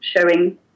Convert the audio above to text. showing